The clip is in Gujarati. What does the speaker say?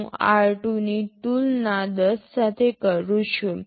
હું r2 ની તુલના 10 સાથે કરું છું